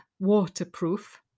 waterproof